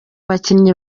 bakinnyi